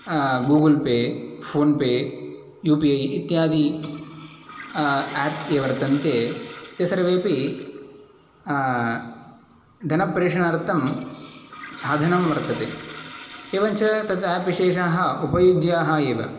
Google Pay PhonePe U P I इत्यादि app ये वर्तन्ते ते सर्वेपि धनप्रेषणार्थं साधनं वर्तते एवं च तद् आप्विशेषाः उपयुज्याः एव